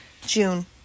June